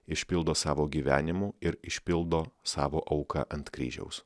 išpildo savo gyvenimu ir išpildo savo auka ant kryžiaus